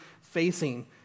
facing